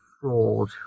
fraud